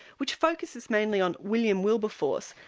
which focuses mainly on william wilberforce,